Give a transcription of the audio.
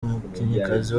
umukinnyikazi